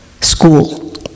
school